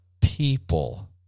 people